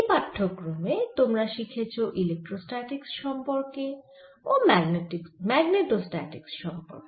এই পাঠ্যক্রমে তোমরা শিখেছ ইলেক্ট্রোস্ট্যাটিক্স সম্পর্কে ও ম্যাগ্নেটোস্ট্যাটিক্স সম্পর্কে